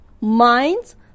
minds